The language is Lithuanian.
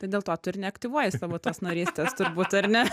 tai dėl to tu ir neaktyvuoji savo tos narystės turbūt ar ne